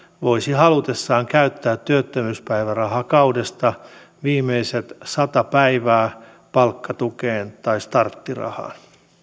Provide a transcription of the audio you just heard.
voisi halutessaan käyttää työttömyyspäivärahakaudesta viimeiset sata päivää palkkatukeen tai starttirahaan